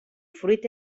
fruit